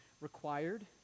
required